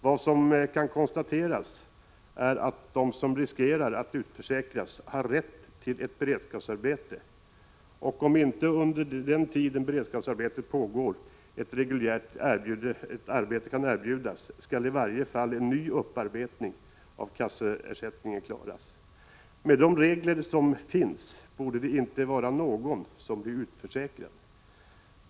Vad som kan konstateras är att de som riskerar att utförsäkras har rätt till ett beredskapsarbete och att, om ett reguljärt arbete inte kan erbjudas under den tid då beredskapsarbetet pågår, skall de sedan i varje fall komma i åtnjutande av en kassaersättning. Med de regler som finns borde inte någon bli utförsäkrad.